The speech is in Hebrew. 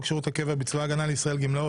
שירות הקבע בצבא הגנה לישראל (גמלאות),